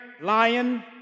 lion